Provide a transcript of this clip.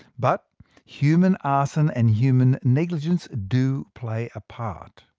but human arson and human negligence do play a part.